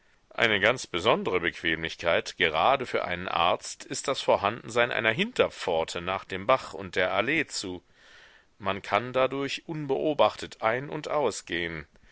eine ganz besondre bequemlichkeit gerade für einen arzt ist das vorhandensein einer hinterpforte nach dem bach und der allee zu man kann dadurch unbeobachtet ein und aus